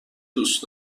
دوست